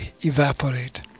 evaporate